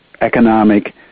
economic